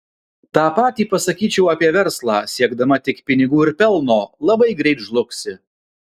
tą patį pasakyčiau apie verslą siekdama tik pinigų ir pelno labai greit žlugsi